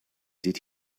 did